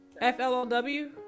F-L-O-W